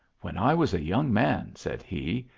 when i was a young man, said he,